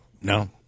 No